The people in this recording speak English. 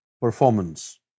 performance